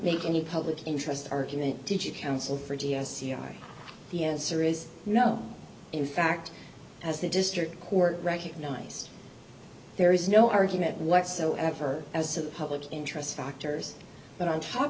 make any public interest argument did you counsel for g s the answer is no in fact as the district court recognized there is no argument whatsoever as to the public interest factors but on top